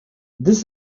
this